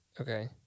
Okay